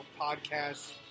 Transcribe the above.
podcasts